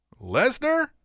lesnar